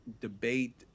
debate